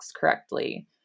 correctly